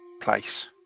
place